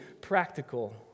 practical